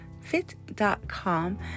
fit.com